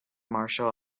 martial